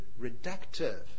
reductive